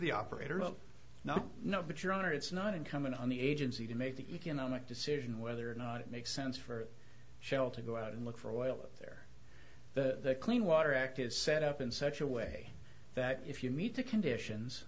the operator no no no but your honor it's not incumbent on the agency to make the economic decision whether or not it makes sense for shell to go out and look for oil there the clean water act is set up in such a way that if you need to conditions